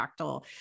fractal